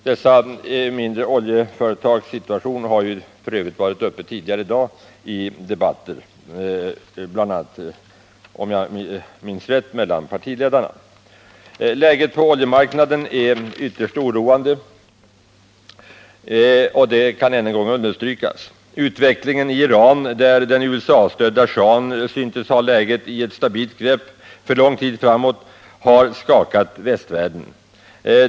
Dessa mindre oljeföretags situation har f. ö. varit uppe tidigare i dag —-om jag minns rätt bl.a. i debatten mellan partiledarna. Läget på oljemarknaden är ytterst oroande — det kan än en gång understrykas. Utvecklingen i Iran, där den USA understödda schahen syntes ha läget i ett stabilt grepp för lång tid framåt, har skakat västvärlden.